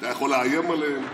אתה יכול לאיים עליהם,